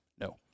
No